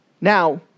Now